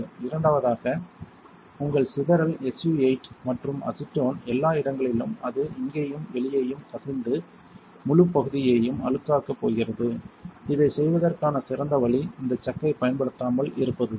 இரண்டாவதாக உங்கள் சிதறல் SU 8 மற்றும் அசிட்டோன் எல்லா இடங்களிலும் அது இங்கேயும் வெளியேயும் கசிந்து முழுப் பகுதியையும் அழுக்காக்கப் போகிறது இதைச் செய்வதற்கான சிறந்த வழி இந்த சக்கைப் பயன்படுத்தாமல் இருப்பதுதான்